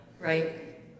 right